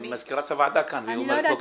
מזכירת הוועדה כאן והיא אומרת שלא קיבלה.